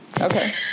okay